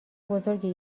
بزرگی